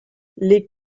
les